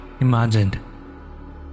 imagined